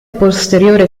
posteriore